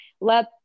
let